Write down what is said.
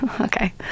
okay